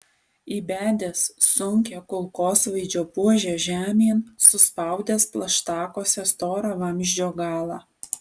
įbedęs sunkią kulkosvaidžio buožę žemėn suspaudęs plaštakose storą vamzdžio galą